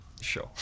Sure